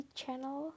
channel